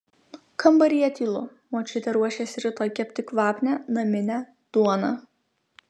kambaryje tylu močiutė ruošiasi rytoj kepti kvapnią naminę duoną